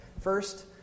First